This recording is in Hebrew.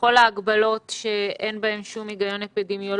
לכל ההגבלות שאין בהן שום היגיון אפידמיולוגי.